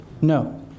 No